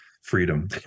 freedom